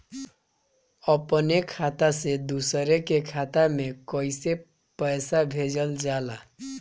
अपने खाता से दूसरे के खाता में कईसे पैसा भेजल जाला?